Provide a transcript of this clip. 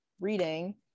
reading